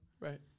Right